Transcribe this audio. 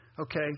okay